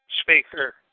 speaker